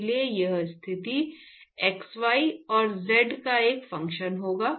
इसलिए यह स्थिति xy और z का एक फंक्शन होगा